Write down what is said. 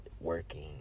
working